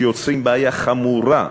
שיוצרים בעיה חמורה,